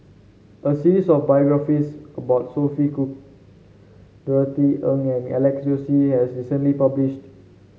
a series of biographies about Sophia Cooke Norothy Ng and Alex Josey has recently published